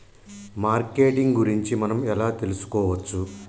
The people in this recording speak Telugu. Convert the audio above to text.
మార్కెటింగ్ గురించి మనం ఎలా తెలుసుకోవచ్చు?